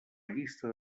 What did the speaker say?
llista